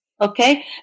Okay